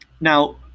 Now